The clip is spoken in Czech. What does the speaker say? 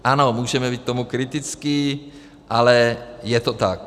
Ano, můžeme být k tomu kritičtí, ale je to tak.